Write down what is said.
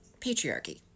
patriarchy